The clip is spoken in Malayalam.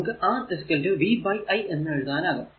നമുക്ക് R v i എന്ന് എഴുതാനാകും